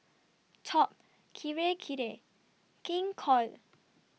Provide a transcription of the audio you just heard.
Top Kirei Kirei King Koil